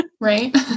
right